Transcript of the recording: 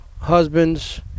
Husbands